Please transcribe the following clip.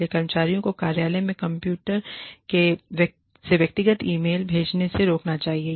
इसलिए कर्मचारियों को कार्यालय के कंप्यूटर से व्यक्तिगत ईमेल भेजने से रोकना चाहिए